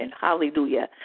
Hallelujah